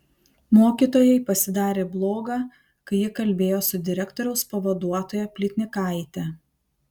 mokytojai pasidarė bloga kai ji kalbėjo su direktoriaus pavaduotoja plytnikaite